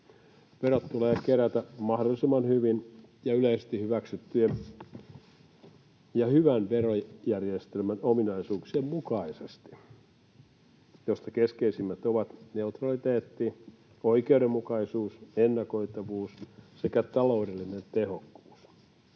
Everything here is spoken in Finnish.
Verot tulee kerätä mahdollisimman hyvin ja yleisesti hyväksyttyjen ja hyvän verojärjestelmän ominaisuuksien mukaisesti, joista keskeisimmät ovat neutraliteetti, oikeudenmukaisuus, ennakoitavuus sekä taloudellinen tehokkuus.